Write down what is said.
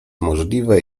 możliwe